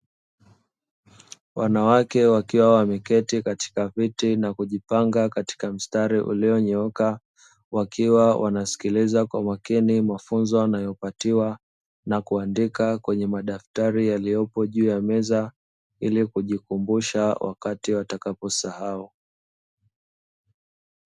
Wanawake wakiwa wameketi katika viti na kujipanga katika mstari ulionyooka, wakiwa wanasikiliza kwa makini mafunzo yanayopatiwa na kuandika kwenye madaftari yaliyopo juu ya meza, ili kujikumbusha wakati watakaposahau.